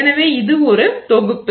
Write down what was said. எனவே இது ஒரு தொகுப்பு